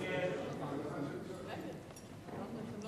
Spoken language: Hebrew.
שהיא הסתייגות אחת.